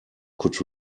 could